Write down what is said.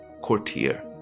courtier